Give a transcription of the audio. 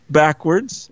backwards